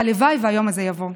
הלוואי שהיום הזה יבוא.